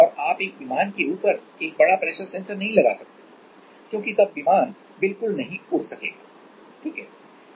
और आप एक विमान के ऊपर एक बड़ा प्रेशर सेंसर नहीं लगा सकते क्योंकि तब विमान बिल्कुल नहीं उड़ सकेगा ठीक है